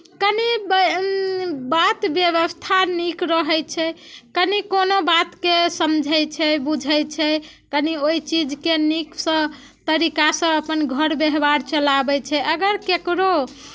कनी बा बात व्यवस्था नीक रहै छै कनी कोनो बातके समझै छै बुझै छै कनी ओहि चीजके नीकसँ तरीकासँ अपन घर व्यवहार चलाबै छै अगर ककरो